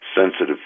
sensitive